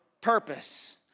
purpose